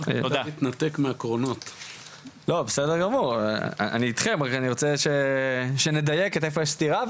אני רוצה שנדייק איפה יש סתירה,